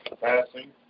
passing